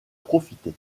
profiter